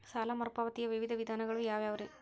ಸಾಲ ಮರುಪಾವತಿಯ ವಿವಿಧ ವಿಧಾನಗಳು ಯಾವ್ಯಾವುರಿ?